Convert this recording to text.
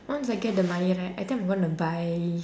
once I get the money right I think I'm gonna buy